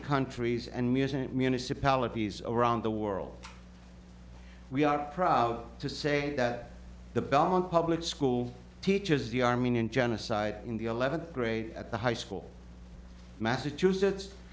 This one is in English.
countries and music municipalities around the world we are proud to say that the balance public school teachers the armenian genocide in the eleventh grade at the high school in massachusetts